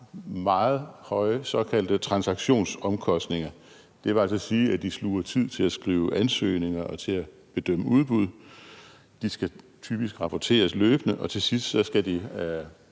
meget høje såkaldte transaktionsomkostninger, og det vil altså sige, at de sluger tid til at skrive ansøgninger, til at bedømme udbuddet, typisk skal de rapporteres løbende, og til sidst skal de